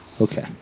okay